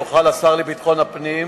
יוכל השר לביטחון הפנים